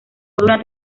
durante